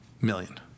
million